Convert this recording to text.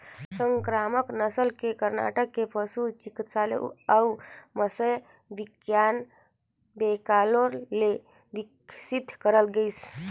संकरामक नसल ल करनाटक के पसु चिकित्सा अउ मत्स्य बिग्यान बैंगलोर ले बिकसित करल गइसे